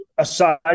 Aside